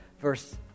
verse